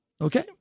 Okay